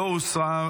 לא אושרה,